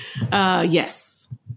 Yes